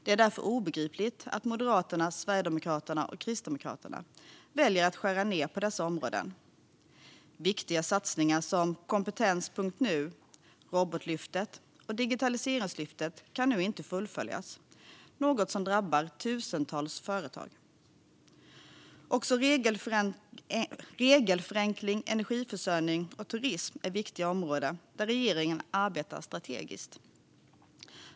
Det är därför obegripligt att Moderaterna, Sverigedemokraterna och Kristdemokraterna väljer att skära ned på dessa områden. Viktiga satsningar som kompetens.nu, robotlyftet och digitaliseringslyftet kan nu inte fullföljas - något som drabbar tusentals företag. Också regelförenkling, energiförsörjning och turism är viktiga områden där regeringen arbetar strategiskt.